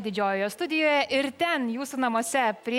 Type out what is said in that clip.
didžiojoje studijoje ir ten jūsų namuose prie